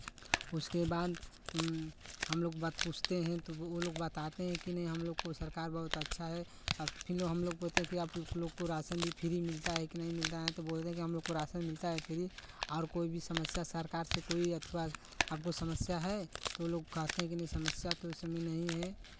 उसके बाद हमलोग बात पूछते हैं तो वो लोग बताते हैं कि नहीं हमलोग को सरकार बहुत अच्छा है आ फिर हमलोग बोलते हैं कि आपलोग को राशन भी फ्री मिलता है कि नहीं मिलता है तो बोल रहे कि हमलोग को राशन मिलता है फ्री और कोई भी समस्या सरकार से कोई अथवा आपको समस्या है तो वो लोग कहते हैं की नहीं समस्या तो इस समय नहीं है